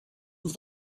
have